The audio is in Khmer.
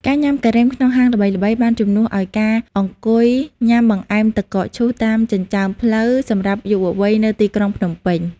ការញ៉ាំការ៉េមក្នុងហាងល្បីៗ បានជំនួសឱ្យការអង្គុយញ៉ាំបង្អែមទឹកកកឈូសតាមចិញ្ចើមផ្លូវសម្រាប់យុវវ័យនៅទីក្រុងភ្នំពេញ។